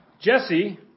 Jesse